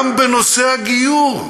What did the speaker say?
גם בנושא הגיור,